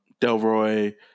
Delroy